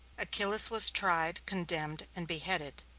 achillas was tried, condemned, and beheaded.